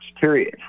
Period